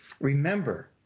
Remember